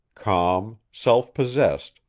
calm, self-possessed,